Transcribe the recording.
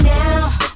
now